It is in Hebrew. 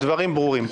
הדברים ברורים.